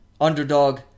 underdog